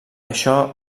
això